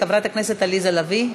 חברת הכנסת עליזה לביא.